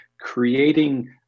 creating